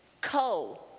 Co